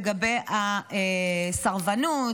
לגבי הסרבנות,